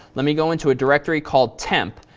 let me go into a directory called temp.